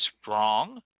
strong